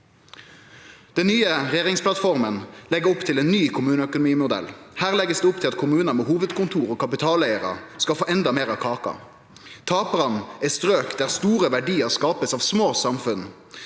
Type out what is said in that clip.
Den nye regjeringsplattforma legg opp til ein ny kommuneøkonomimodell. Her legg ein opp til at kommunar med hovudkontor og kapitaleigarar skal få endå meir av kaka. Taparane er strøk der store verdiar blir skapte av små samfunn